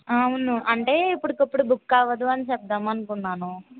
అవును అంటే ఇప్పుడికిప్పుడు బుక్ అవ్వదని చెప్దామనుకున్నాను